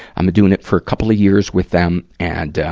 um doing it for couple of years with them, and, ah,